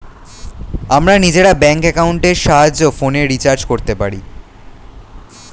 আমরা নিজেরা ব্যাঙ্ক অ্যাকাউন্টের সাহায্যে ফোনের রিচার্জ করতে পারি